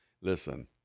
Listen